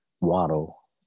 Waddle